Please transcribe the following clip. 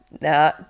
Nah